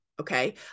Okay